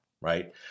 right